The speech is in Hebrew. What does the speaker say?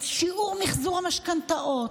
את שיעור מחזור המשכנתאות,